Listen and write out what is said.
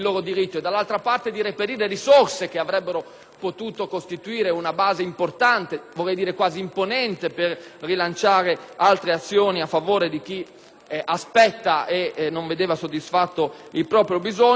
potuto costituire una base importante, vorrei dire quasi imponente, per rilanciare altre azioni a favore di chi aspetta e non vedeva soddisfatto il proprio bisogno, si è aggiunta anche